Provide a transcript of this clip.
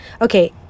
okay